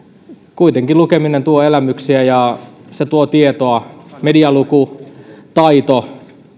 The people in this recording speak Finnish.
kuitenkin lukeminen tuo elämyksiä ja se tuo tietoa medialukutaito